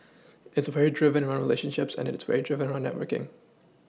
it's very driven around relationships and it's very driven around networking